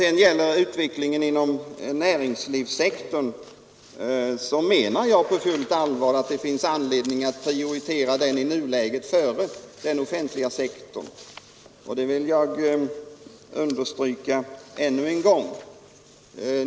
Vad gäller utvecklingen på näringslivssektorn menar jag på fullt allvar att det i nuläget finns anledning att prioritera den före den offentliga sektorn, och det vill jag understryka ännu en gång.